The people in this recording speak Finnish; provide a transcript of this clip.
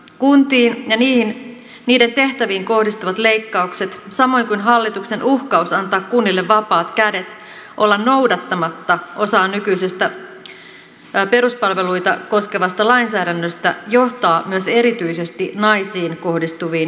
kuntiin ja niiden tehtäviin kohdistuvat leikkaukset samoin kuin hallituksen uhkaus antaa kunnille vapaat kädet olla noudattamatta osaa nykyisestä peruspalveluita koskevasta lainsäädännöstä johtaa myös erityisesti naisiin kohdistuviin irtisanomisiin